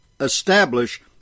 establish